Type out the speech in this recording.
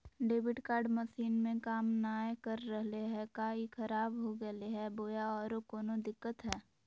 Debit card machine में काम नाय कर रहले है, का ई खराब हो गेलै है बोया औरों कोनो दिक्कत है?